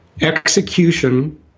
Execution